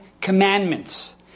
Commandments